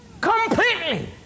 Completely